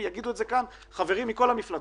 יעידו על כך חברים מכל המפלגות.